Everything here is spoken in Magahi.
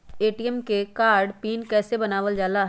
ए.टी.एम कार्ड के पिन कैसे बनावल जाला?